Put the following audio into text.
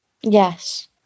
yes